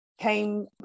came